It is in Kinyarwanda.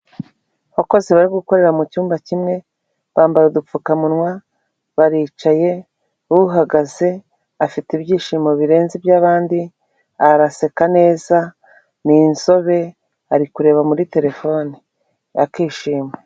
Abakozi bari gukorera mu cyumba kimwe bambaye udupfukamunwa baricaye, uhagaze afite ibyishimo birenze iby'abandi, araseka neza ni inzobe ari kureba muri terefone akishima.